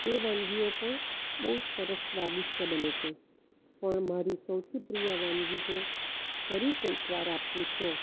એ વાનગીઓ પણ બહુ જ સરસ સ્વાદિષ્ટ બને છે પણ મારી સૌથી પ્રિય વાનગી જો ફરી કોકવાર આ પૂછો